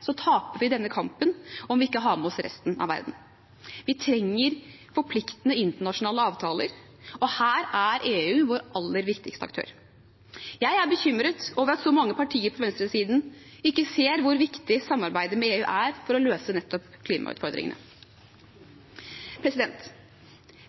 så mange partier på venstresiden ikke ser hvor viktig samarbeidet med EU er for å løse nettopp klimautfordringene.